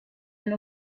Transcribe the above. ein